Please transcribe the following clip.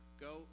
go